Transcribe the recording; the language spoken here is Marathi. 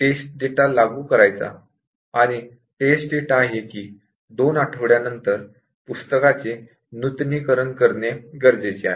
टेस्ट डेटा लागू करायचा आहे आणि टेस्ट डेटा आहे कि 2 आठवड्यांनंतर पुस्तकाचे नूतनीकरण करणे गरजेचे आहे